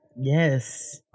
yes